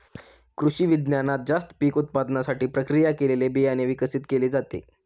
कृषिविज्ञानात जास्त पीक उत्पादनासाठी प्रक्रिया केलेले बियाणे विकसित केले जाते